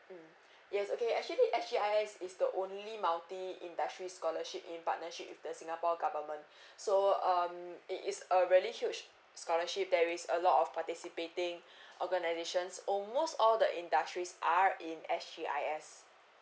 mm yes okay actually S_G_I_S is the only multi industry scholarship in partnership with the singapore government so um it is a really huge scholarship there is a lot of participating organisations almost all the industries are in S_G_I_S